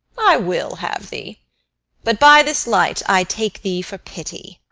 i will have thee but, by this light, i take thee for pity.